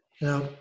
Now